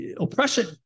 oppression